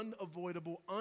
unavoidable